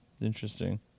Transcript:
interesting